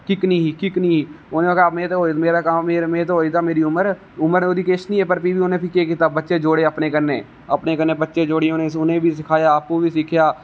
kick नेईं ही किक नेईं ही उनें ते आखना में ते होई गेदी मेरी उमर ओहदी किश नेईं ही पर फिर बी उनें केह् कीता बच्चे जोड़े अपने कन्नै बच्चे जोड़ी उनेंगी बी सिखाया आपूं बी सिक्खेआ